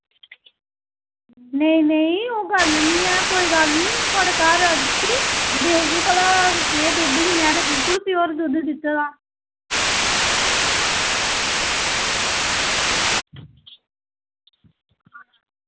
नेईं नेईं ओह् गल्ल निं ऐ में थुआढ़ा घर आह्गी दिक्खगी की केह् में ते बिल्कुल प्योर दुद्ध दित्ते दा